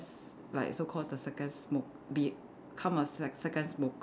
like so called the second smoke become a sec~ second smoker